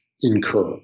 incur